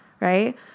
right